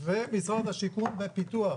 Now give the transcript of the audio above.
ומשרד השיכון בפיתוח.